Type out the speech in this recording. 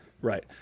right